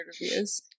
reviews